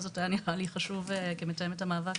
יגאל דוכן,